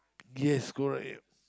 yes correct